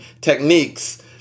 techniques